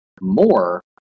more